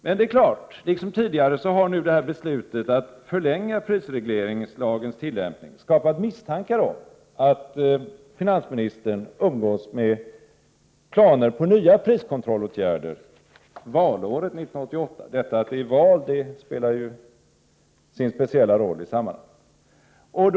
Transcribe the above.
Men liksom tidigare har nu beslutet att förlänga prisregleringslagens tillämpning skapat misstankar om att finansministern umgås med planer på nya priskontrollåtgärder valåret 1988; att det är val spelar ju sin speciella roll i sammanhanget.